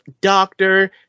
Doctor